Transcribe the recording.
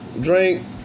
drink